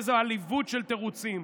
איזו עליבות של תירוצים.